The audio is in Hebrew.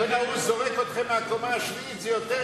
הוא זורק אתכם מהקומה השביעית,